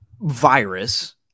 virus